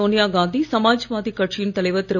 சோனியா காந்தி சமாஜ்வாதி கட்சியின் தலைவர் திரு